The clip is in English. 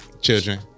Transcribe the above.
Children